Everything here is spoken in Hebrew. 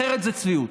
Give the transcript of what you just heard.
אחרת זו צביעות.